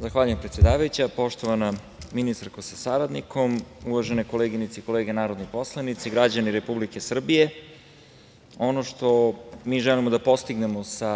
Zahvaljujem, predsedavajuća. Poštovana ministarko sa saradnikom, uvažene koleginice i kolege narodni poslanici, građani Republike Srbije, ono što mi želimo da postignemo sa